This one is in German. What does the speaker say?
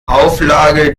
auflage